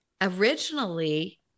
originally